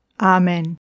Amen